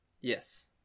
Yes